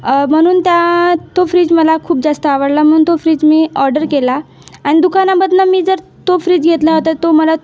म्हणून त्या तो फ्रीज मला खूप जास्त आवडला म्हणून तो फ्रीज मी ऑर्डर केला आणि दुकानामधून मी जर तो फ्रीज घेतला होता तो मला